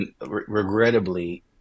regrettably